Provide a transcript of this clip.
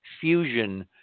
fusion